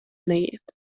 neiet